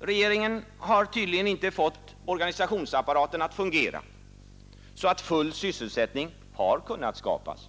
Regeringen har tydligen inte fått organisationsapparaten att fungera så att full sysselsättning kunnat skapas.